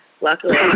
luckily